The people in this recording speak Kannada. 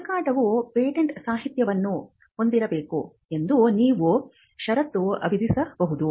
ಹುಡುಕಾಟವು ಪೇಟೆಂಟ್ ಸಾಹಿತ್ಯವನ್ನು ಹೊಂದಿರಬೇಕೆ ಎಂದು ನೀವು ಷರತ್ತು ವಿಧಿಸಬಹುದು